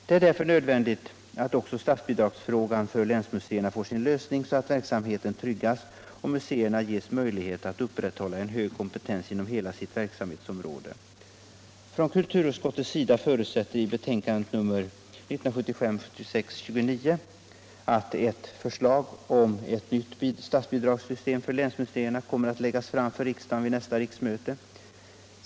Det är därför nödvändigt att också statsbidragsfrågan för länsmuseerna får sin lösning så att verksamheten tryggas och museerna ges möjlighet att upprätthålla en hög kompetens inom hela sitt verksamhetsområde. Från kulturutskottets sida förutsätts i betänkandet 1975/76:29 att ett förslag om ett nytt statsbidragssystem för länsmuseerna kommer att läggas fram för riksdagen vid nästa riksmöte.